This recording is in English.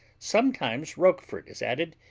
sometimes roquefort is added,